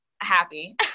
happy